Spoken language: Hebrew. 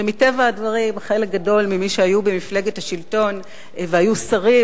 ומטבע הדברים חלק גדול ממי שהיו במפלגת השלטון והיו שרים